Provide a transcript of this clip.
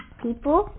people